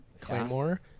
Claymore